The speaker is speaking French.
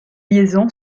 liaison